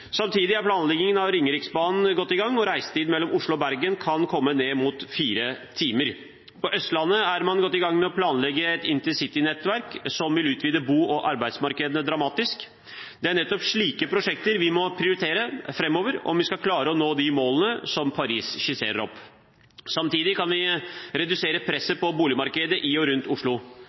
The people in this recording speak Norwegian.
Samtidig er planleggingen av Ringeriksbanen godt i gang, og reisetiden mellom Oslo og Bergen kan komme ned mot fire timer. På Østlandet er man godt i gang med å planlegge et intercitynettverk som vil utvide bo- og arbeidsmarkedene dramatisk. Det er nettopp slike prosjekter vi må prioritere framover om vi skal klare å nå de målene som Paris skisserer. Samtidig kan vi redusere presset på boligmarkedet i og rundt Oslo.